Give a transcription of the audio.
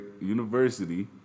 University